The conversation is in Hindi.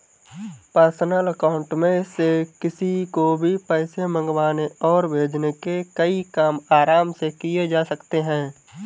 पर्सनल अकाउंट में से किसी को भी पैसे मंगवाने और भेजने के कई काम आराम से किये जा सकते है